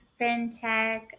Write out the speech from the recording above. fintech